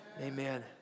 Amen